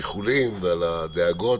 האיחולים ועל הדאגה.